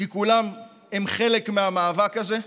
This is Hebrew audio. כי כולם הם חלק מהמאבק הזה.